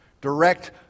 Direct